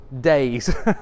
days